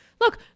look